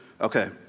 Okay